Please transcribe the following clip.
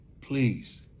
Please